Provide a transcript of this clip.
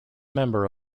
member